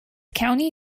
county